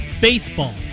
baseball